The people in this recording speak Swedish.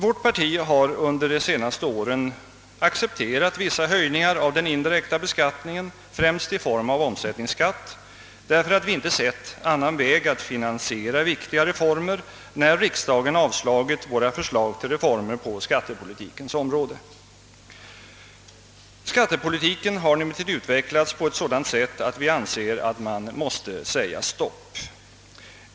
Vårt parti har under de senaste åren accepterat vissa höjningar av den indirekta beskattningen, främst i form av omsättningsskatt, därför att vi inte sett någon annan väg att finansiera viktiga reformer när riksdagen avslagit våra förslag på skattepolitikens område. Skattetrycket och dess fördelning har nu emellertid utvecklas på ett sådant sätt att vi anser att man måste säga stopp.